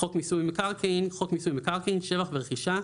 "חוק מיסוי מקרקעין" חוק מיסוי מקרקעין (שבח ורכישה),